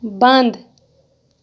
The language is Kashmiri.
بنٛد